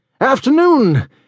Afternoon